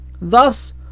thus